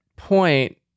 Point